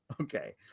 Okay